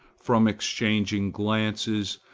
from exchanging glances,